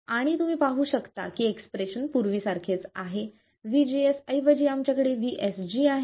आणि तुम्ही पाहु शकता की एक्सप्रेशन पूर्वीसारखेच आहे VGS ऐवजी आमच्याकडे VSG आहे